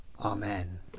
Amen